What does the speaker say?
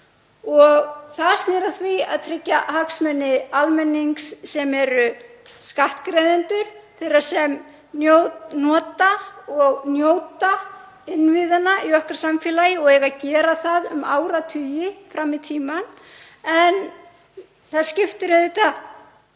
Það snýr að því að tryggja hagsmuni almennings sem eru skattgreiðendur, þeirra sem nota og njóta innviðanna í okkar samfélagi og eiga að gera það um áratugi fram í tímann. Það skiptir auðvitað